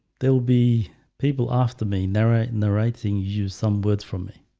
there will be people after me narrow in the writing used some words from me.